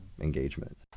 engagement